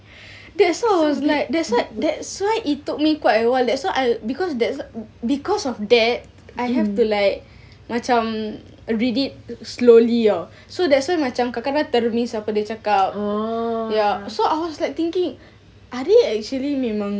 that's why I was like that's why that's why it took me quite awhile that's why I because that's because of that I have to like macam read it slowly ya so that's why macam kadang-kadang termiss apa dia cakap ya so I was like thinking are they actually memang